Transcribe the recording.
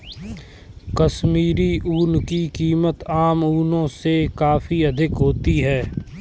कश्मीरी ऊन की कीमत आम ऊनों से काफी अधिक होती है